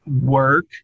work